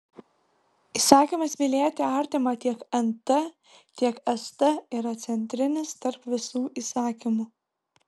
įsakymas mylėti artimą tiek nt tiek st yra centrinis tarp visų įsakymų